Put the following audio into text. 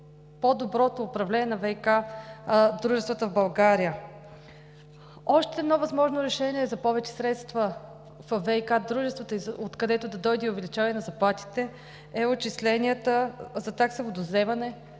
по-доброто управление на ВиК дружествата в България. Още едно възможно решение за повече средства във ВиК дружествата, откъдето да дойде и увеличаване на заплатите, е отчисленията за такса водовземане